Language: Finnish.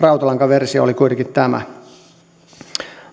rautalankaversio oli kuitenkin tämä